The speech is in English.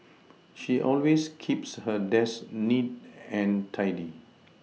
she always keeps her desk neat and tidy